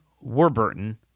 Warburton